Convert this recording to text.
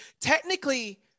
technically